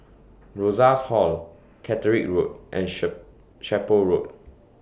Rosas Hall Catterick Road and Chapel Road